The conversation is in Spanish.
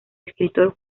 escritor